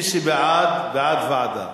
מי שבעד, בעד ועדה.